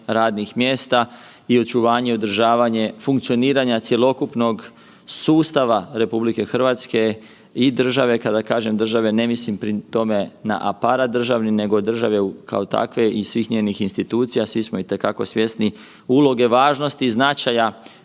radnih mjesta i očuvanje i održavanje funkcioniranja cjelokupnog sustava RH i države, kada kažem države ne mislim pri tome na aparat državni, nego države kao takve i svih njenih institucija, svi smo itekako svjesni uloge, važnosti i značaja